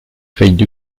faillite